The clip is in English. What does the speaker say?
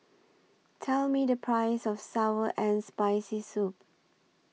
Tell Me The Price of Sour and Spicy Soup